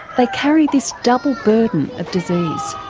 they carry this double burden of disease.